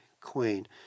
Queen